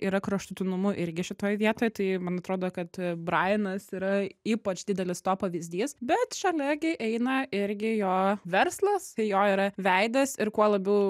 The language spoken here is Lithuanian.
yra kraštutinumu irgi šitoj vietoj tai man atrodo kad brajanas yra ypač didelis to pavyzdys bet šalia gi eina irgi jo verslas jo yra veidas ir kuo labiau